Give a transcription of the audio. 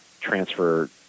transfer